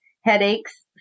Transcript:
headaches